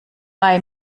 bei